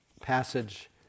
passage